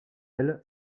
elle